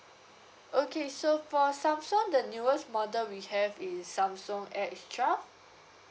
okay so for samsung the newest model we have is samsung S twelve